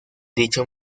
dicho